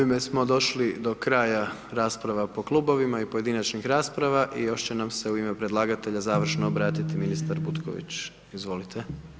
Ovime smo došli do kraja rasprava po klubovima i pojedinačnih rasprava i još će nam se u ime predlagatelja završno obratiti ministar Butković, izvolite.